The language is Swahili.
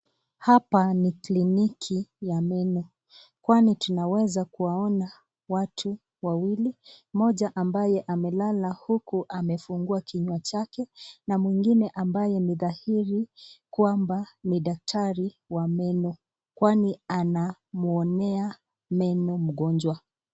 Hapa ni kliniki ya meno kwani tunaweza kuwaona watu wawili ,mmoja ambaye amelala huku amefungua kinywa chake na mwingine ambaye ni dhahiri kwamba ni daktari kwani anamwonea mgonjwa meno yake.